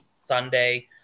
sunday